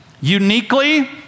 uniquely